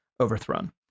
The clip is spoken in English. overthrown